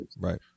Right